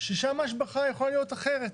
ששם ההשבחה יכולה להיות אחרת.